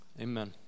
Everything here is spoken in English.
Amen